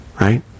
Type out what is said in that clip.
right